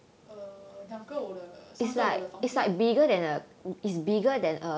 err 两个我的三个我的房间